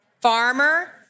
Farmer